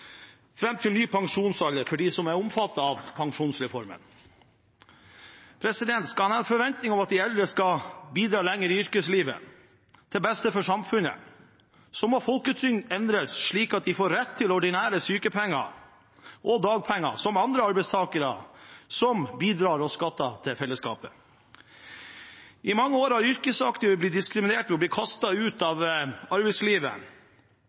til ny pensjonsalder for dem som er omfattet av pensjonsreformen. Skal man ha en forventning om at de eldre skal bidra lenger i yrkeslivet, til beste for samfunnet, må folketrygden endres slik at de får rett til ordinære sykepenger og dagpenger som andre arbeidstakere som bidrar og skatter til fellesskapet. I mange år har yrkesaktive blitt diskriminert ved å bli kastet ut av arbeidslivet.